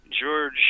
George